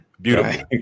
Beautiful